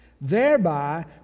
thereby